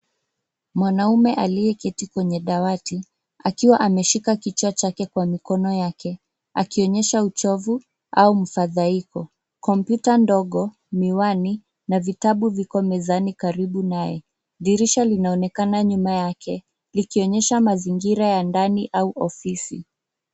Mwanamme aliyeketi kwenye dawati, akiwa ameshika kichwa chake kwa mikono yake, akionyesha uchovu au mfathaiko. Komputa ndogo, miwani, na vitabu viko mezani karibu naye. Dirisha linaonekana nyuma yake, likionyesha mazingira ya ndani au ofisi.